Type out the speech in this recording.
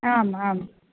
आम् आम्